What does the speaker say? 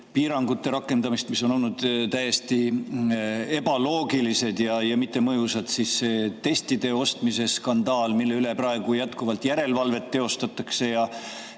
piirangute rakendamist, mis on olnud täiesti ebaloogilised ja mittemõjusad, siis see testide ostmise skandaal, mille üle praegu jätkuvalt järelevalvet teostatakse ja